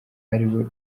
ariwe